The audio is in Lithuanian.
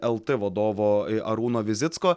lt vadovo arūno vizicko